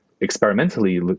experimentally